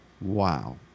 Wow